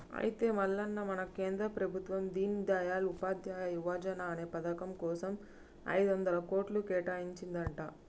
అయితే మల్లన్న మన కేంద్ర ప్రభుత్వం దీన్ దయాల్ ఉపాధ్యాయ యువజన అనే పథకం కోసం ఐదొందల కోట్లు కేటాయించిందంట